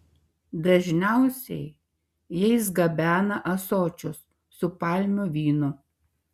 dažniausiai jais gabena ąsočius su palmių vynu